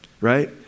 right